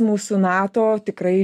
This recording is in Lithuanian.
mūsų nato tikrai